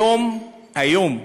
היום, היום,